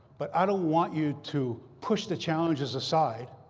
but i don't want you to push the challenges aside.